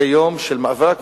זה יום של מאבק,